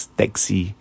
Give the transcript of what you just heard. taxi